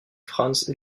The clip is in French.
franz